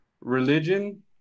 religion